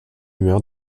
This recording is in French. meurt